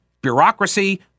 bureaucracy